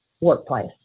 workplace